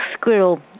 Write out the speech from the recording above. squirrel